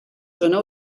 zona